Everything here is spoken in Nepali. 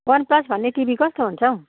वान प्लस भन्ने टिभी कस्तो हुन्छ हौ